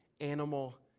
animal